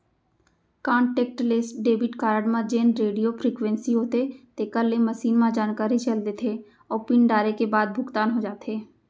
contactless debit card म जेन radio frequency होथे तेकर ले मसीन म जानकारी चल देथे अउ पिन डारे के बाद भुगतान हो जाथे